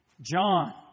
John